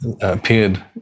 appeared